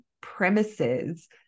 premises